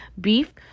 Beef